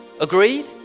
Agreed